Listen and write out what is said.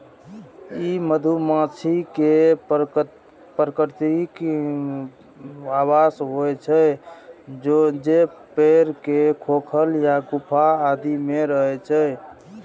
ई मधुमाछी के प्राकृतिक आवास होइ छै, जे पेड़ के खोखल या गुफा आदि मे रहै छै